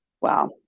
Wow